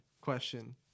question